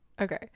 Okay